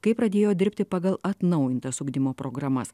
kai pradėjo dirbti pagal atnaujintas ugdymo programas